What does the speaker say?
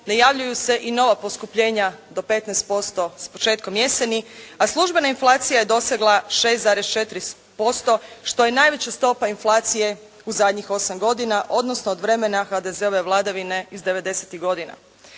Najavljuju se i nova poskupljenja do 15% s početkom jeseni, a službena inflacija je dosegla 6,4% što je najveća stopa inflacije u zadnjih osam godina odnosno od vremena HDZ-ove vladavine iz '90.-tih godina.